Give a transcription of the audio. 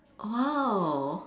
!wow!